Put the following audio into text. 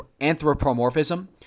anthropomorphism